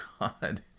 God